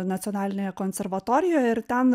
nacionalinėje konservatorijoje ir ten